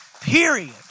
Period